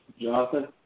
Jonathan